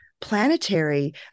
planetary